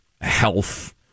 health